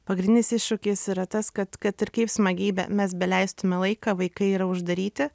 pagrindinis iššūkis yra tas kad kad ir kaip smagiai be mes beleistume laiką vaikai yra uždaryti